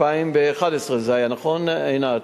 2011 זה היה, נכון, עינת?